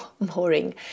boring